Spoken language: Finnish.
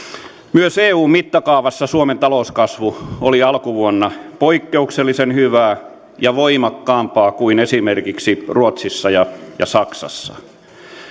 myös eun mittakaavassa suomen talouskasvu oli alkuvuonna poikkeuksellisen hyvää ja voimakkaampaa kuin esimerkiksi ruotsissa ja ja saksassa